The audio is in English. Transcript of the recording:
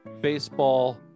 baseball